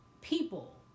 people